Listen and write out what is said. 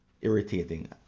irritating